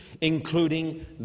including